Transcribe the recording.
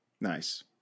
Nice